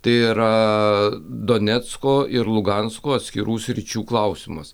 tai yra donecko ir lugansko atskirų sričių klausimas